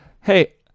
Hey